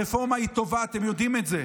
הרפורמה היא טובה, אתם יודעים את זה.